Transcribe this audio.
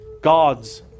God's